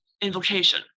invocation